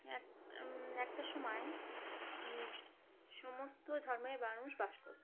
এক একটা সময় সমস্ত ধর্মের মানুষ বাস করত